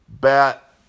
bat